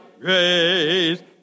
grace